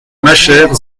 machère